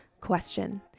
Question